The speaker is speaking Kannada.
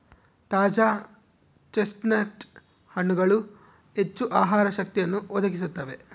ತಾಜಾ ಚೆಸ್ಟ್ನಟ್ ಹಣ್ಣುಗಳು ಹೆಚ್ಚು ಆಹಾರ ಶಕ್ತಿಯನ್ನು ಒದಗಿಸುತ್ತವೆ